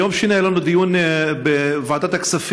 ביום שני היה לנו דיון בוועדת הכספים